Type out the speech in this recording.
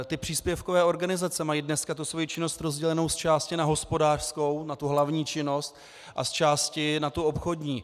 Ty příspěvkové organizace mají dneska svoji činnost rozdělenou zčásti na hospodářskou, na tu hlavní činnost, a zčásti na tu obchodní.